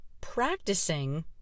practicing